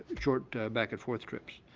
short back and forth trips.